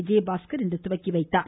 விஜயபாஸ்கர் இன்று துவக்கி வைத்தார்